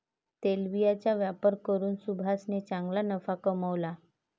तेलबियांचा व्यापार करून सुभाषने चांगला नफा कमावला